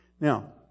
Now